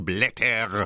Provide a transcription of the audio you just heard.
Blätter!«